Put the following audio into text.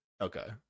Okay